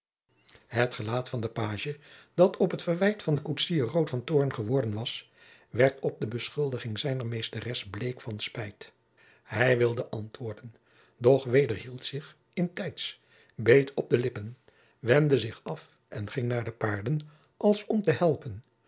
het gelaat van den pagie dat op het verwijt van den koetsier rood van toorn geworden was werd op de beschuldiging zijner meesteres bleek van spijt hij wilde antwoorden doch wederhield zich in tijds beet op de lippen wendde zich af en ging naar de paarden als om te helpen